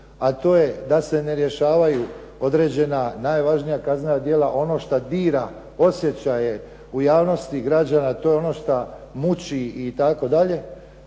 a to je da se ne rješavaju određena najvažnija kaznena djela ono što dira osjećaje u javnosti građana, to je ono što muči itd.